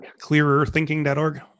Clearerthinking.org